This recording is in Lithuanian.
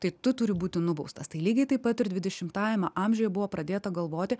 tai tu turi būti nubaustas tai lygiai taip pat ir dvidešimtajame amžiuje buvo pradėta galvoti